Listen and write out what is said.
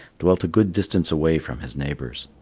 dwelt a good distance away from his neighbours.